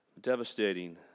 devastating